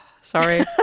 Sorry